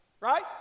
Right